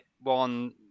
one